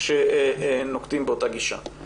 שנוקטים באותה גישה.